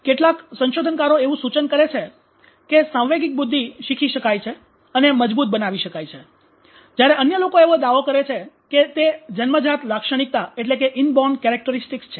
કેટલાક સંશોધનકારો એવું સૂચન કરે છે કે સાંવેગિક બુદ્ધિ શીખી શકાય છે અને મજબૂત બનાવી શકાય છે જ્યારે અન્ય લોકો એવો દાવો કરે છે કે તે જન્મજાત લાક્ષણિકતા છે